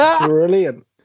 Brilliant